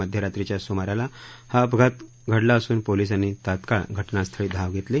मध्यरात्रीच्या सुमाराला हा अपघात घडला असुन पोलिसांनी तात्काळ घटनास्थळी धाव घेतली